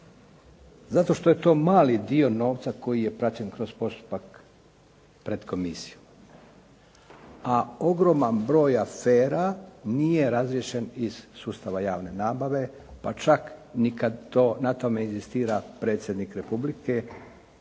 Zato što je to mali dio novca koji je praćen kroz postupak pred komisiju a ogroman broj afera nije razriješen iz sustava javne nabave pa čak kada i na tome inzistira predsjednik Republike,